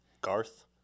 Garth